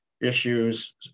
issues